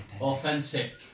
Authentic